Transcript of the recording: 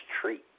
treat